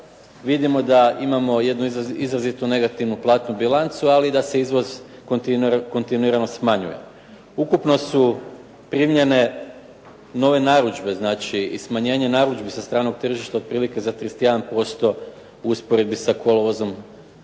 vidimo da imamo jednu izrazito negativnu platnu bilancu, ali da se izvoz kontinuirano smanjuje. Ukupno su primljene nove narudžbe, znači i smanjenje narudžbi sa stranog tržišta otprilike za 31% u usporedbi sa kolovozom